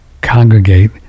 congregate